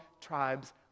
tribes